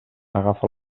agafa